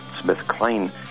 Smith-Klein